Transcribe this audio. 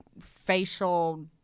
facial